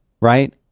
right